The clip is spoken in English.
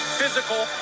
physical